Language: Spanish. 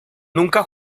nunca